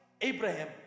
Abraham